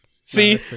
See